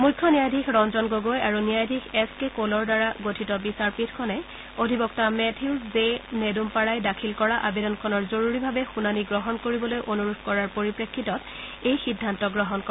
মুখ্য ন্যায়াধীশ ৰঞ্জন গগৈ আৰু ন্যায়াধীশ এছ কে ক'লৰ দ্বাৰা গঠিত বিচাৰপীঠখনে অধিবক্তা মেথিউজ জে নেদুমপাৰাই দাখিল কৰা আবেদনখনৰ জৰুৰীভাবে শুনানি গ্ৰহণ কৰিবলৈ অনূৰোধ কৰাৰ পৰিপ্ৰেক্ষিতত এই সিদ্ধান্ত গ্ৰহণ কৰে